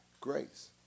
grace